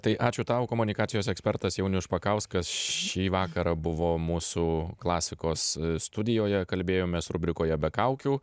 tai ačiū tau komunikacijos ekspertas jaunius špakauskas šį vakarą buvo mūsų klasikos studijoje kalbėjomės rubrikoje be kaukių